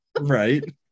right